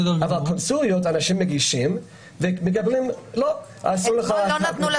אנשים מגישים בקשה לקונסוליה ולא נותנים אישור.